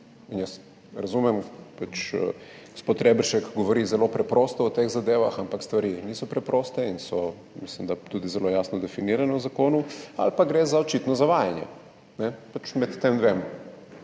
razumem, gospod Reberšek govori zelo preprosto o teh zadevah, ampak stvari niso preproste in mislim, da so tudi zelo jasno definirane v zakonu, ali pa gre za očitno zavajanje. Med tema dvema